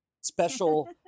special